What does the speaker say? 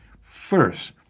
First